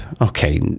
Okay